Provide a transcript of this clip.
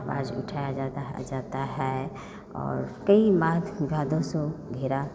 आवाज उठाया जाता जाता है और कई बात ज़्यादा सौ घेरा